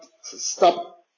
stop